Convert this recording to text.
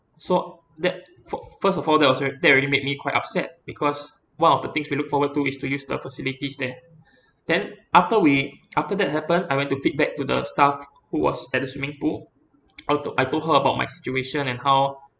so that for first of all that was that already made me quite upset because one of the things we look forward to is to use the facilities there then after we after that happened I went to feedback to the staff who was at the swimming pool I told I told her about my situation and how